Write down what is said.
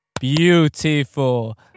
beautiful